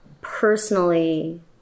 personally